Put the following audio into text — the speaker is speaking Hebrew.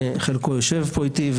שחלקו יושב פה איתי,